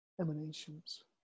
emanations